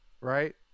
right